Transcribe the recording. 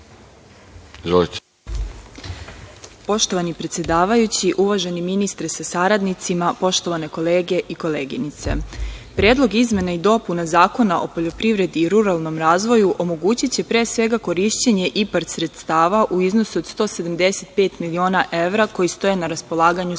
Poštovani predsedavajući, uvaženi ministri sa saradnicima, poštovane kolege i koleginice, Predlog izmena i dopuna Zakona o poljoprivredi i ruralnom razvoju omogućiće pre svega korišćenje IPARD sredstava u iznosu od 175 miliona evra koji stoje na raspolaganju Srbiji.